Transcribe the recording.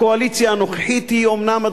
הקואליציה הנוכחית היא אומנם,